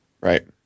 right